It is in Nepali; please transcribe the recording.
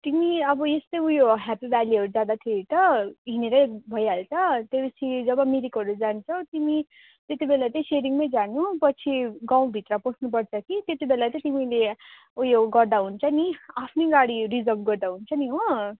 तिमी अब यस्तै ऊ यो हेप्पी भ्यालीहरू जाँदाखेरि त हिँडेरै भइहाल्छ त्योपछि जब मिरिकहरू जान्छौँ तिमी त्यति बेला चाहिँ तिमी सेयरिङमै जानु पछि गाउँभित्र पस्नुपर्छ कि त्यति बेला चाहिँ तिमीले ऊ यो गर्दा हुन्छ पनि आफ्नै गाडी रिजर्भ गर्दा हुन्छ नि हो